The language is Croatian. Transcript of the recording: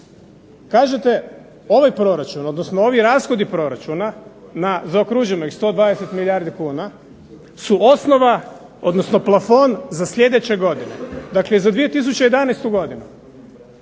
Kažete, ovaj proračun odnosno ovi rashodi proračuna na zaokruženih 120 milijardi kuna su osnova odnosno plafon za sljedeće godine, dakle za 2011. godinu.